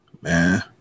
man